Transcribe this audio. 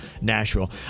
Nashville